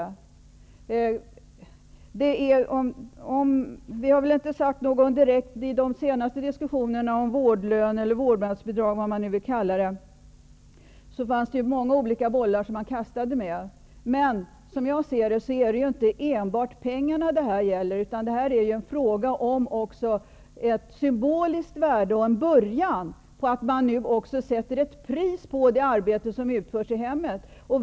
Vid de senaste diskussionerna om vårdlön, vårdnadsbidrag, eller vad man nu skall kalla det, fanns det många olika bollar som man kastade med. Som jag ser det är det inte enbart pengarna det gäller. Det är också fråga om ett symboliskt värde och en början på att man nu även sätter ett pris på det arbete som utförs i hemmet.